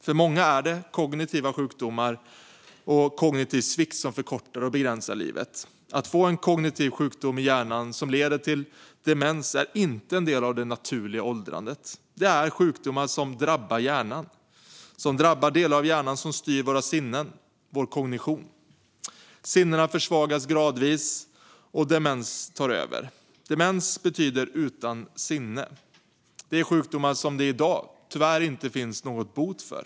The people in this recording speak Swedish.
För många är det kognitiva sjukdomar och kognitiv svikt som förkortar och begränsar livet. Att få en kognitiv sjukdom i hjärnan som leder till demens är inte en del av det naturliga åldrandet. Det är sjukdomar som drabbar hjärnan och delar av hjärnan som styr våra sinnen, vår kognition. Sinnena försvagas gradvis, och demens tar över. Demens betyder utan sinne. Det är sjukdomar som det i dag tyvärr inte finns någon bot för.